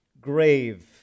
grave